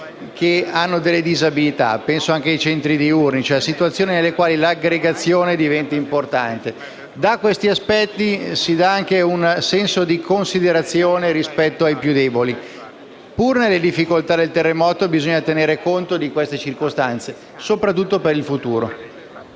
che hanno disabilità. Penso anche ai centri diurni, situazioni nelle quali l'aggregazione diventa importante. Con ciò si esprime il senso di considerazione rispetto ai più deboli: pure nelle difficoltà del terremoto bisogna tener conto di queste circostanze, soprattutto per il futuro.